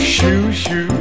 Shoo-shoo